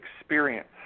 experience